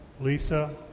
Lisa